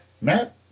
Matt